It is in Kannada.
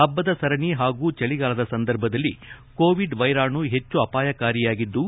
ಹಬ್ಬದ ಸರಣಿ ಹಾಗೂ ಚಳಿಗಾಲದ ಸಂದರ್ಭದಲ್ಲಿ ಕೋವಿಡ್ ವೈರಾಣು ಹೆಚ್ಚು ಅಪಾಯಕಾರಿಯಾಗಿದ್ದು